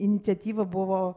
iniciatyva buvo